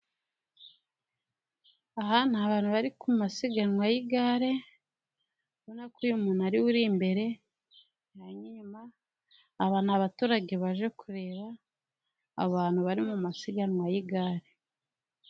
Aha n'ihantu bari ku masiganwa y'igare, urabona ko uyu muntu ariwe uri imbere, aba n'abaturage baje kureba abantu bari mu masiganwa y'igare.